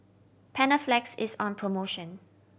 Panaflex is on promotion